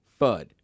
FUD